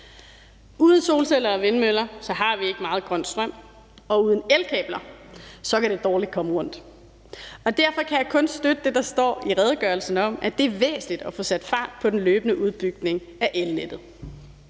Uden solceller og vindmøller har vi ikke meget grøn strøm, og uden elkabler kan det dårligt komme rundt, og derfor kan jeg kun støtte det, der står i redegørelsen, om, at det er væsentligt at få sat fart på den løbende udbygning af elnettet.